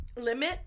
limit